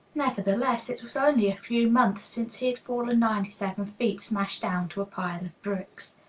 nevertheless, it was only a few months since he had fallen ninety-seven feet smash down to a pile of bricks.